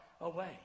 away